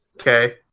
Okay